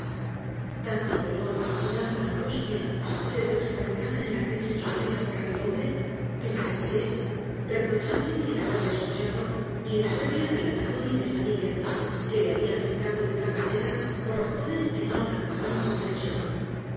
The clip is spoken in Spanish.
tanto dolor y tanta angustia se transparentaban en la crisis sufrida por aquel hombre que me retiré reprochándome el haberle escuchado y el haberle relatado mi pesadilla que le había afectado de tal manera por razones a que no alcanzaba mi comprensión